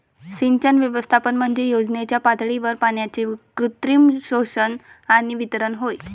सिंचन व्यवस्थापन म्हणजे योजनेच्या पातळीवर पाण्याचे कृत्रिम शोषण आणि वितरण होय